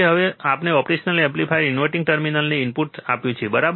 તેથી હવે તેણે ઓપરેશનલ એમ્પ્લીફાયરના ઇનવર્ટીંગ ટર્મિનલને ઇનપુટ આપ્યું છે બરાબર